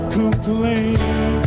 complain